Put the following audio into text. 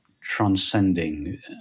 transcending